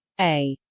a.